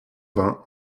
vingt